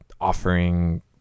offering